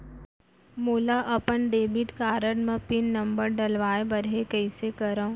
मोला अपन debit card म पिन नंबर डलवाय बर हे कइसे करव?